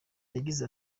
yagize